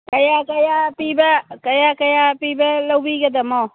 ꯀꯌꯥ ꯀꯌꯥ ꯄꯤꯕ ꯂꯧꯕꯤꯒꯗꯕꯅꯣ